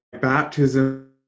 baptism